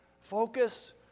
Focus